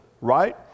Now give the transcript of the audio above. right